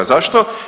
Zašto?